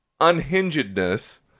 unhingedness